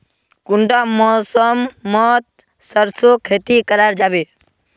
कुंडा मौसम मोत सरसों खेती करा जाबे?